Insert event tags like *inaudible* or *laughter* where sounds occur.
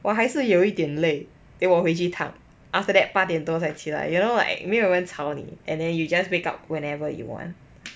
我还是有一点累 then 我回去躺 after that 八点多才起来 you know what like 没有人吵你 and then you just wake up whenever you want *noise*